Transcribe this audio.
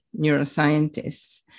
neuroscientists